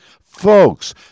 Folks